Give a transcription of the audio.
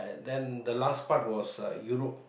then the last part was Europe